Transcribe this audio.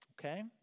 Okay